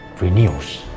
renews